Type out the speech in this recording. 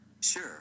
Sure